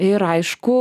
ir aišku